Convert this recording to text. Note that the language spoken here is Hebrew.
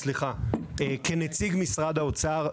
רייכר כנציג משרד האוצר,